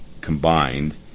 combined